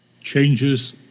changes